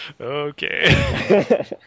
Okay